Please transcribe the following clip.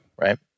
right